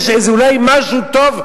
יש אולי משהו טוב,